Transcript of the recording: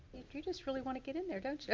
you just really wanna get in there, don't ya?